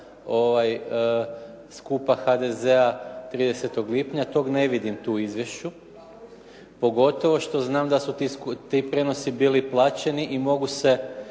skupa HDZ-a 30. lipnja, tog ne vidim tu u izvješću, pogotovo što znam da su ti prijenosi bili plaćeni i mogu se